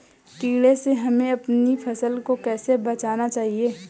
कीड़े से हमें अपनी फसल को कैसे बचाना चाहिए?